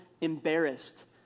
embarrassed